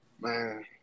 man